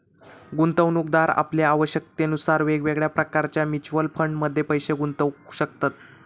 गुंतवणूकदार आपल्या आवश्यकतेनुसार वेगवेगळ्या प्रकारच्या म्युच्युअल फंडमध्ये पैशे गुंतवू शकतत